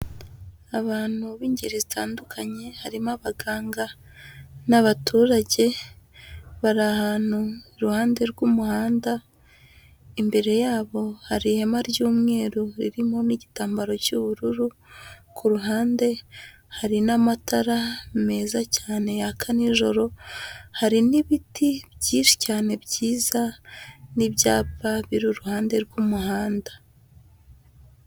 Abantu b'ingeri zitandukanye harimo abaganga n'abaturage, bari ahantu iruhande rw'umuhanda, imbere yabo hari ihema ry'umweru ririmo n'igitambaro cy'ubururu, ku ruhande hari n'amatara meza cyane yaka n'ijoro, hari n'ibiti byinshi cyane byiza n'ibyapa biri iruhande rw'umuhanda.